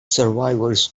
survivors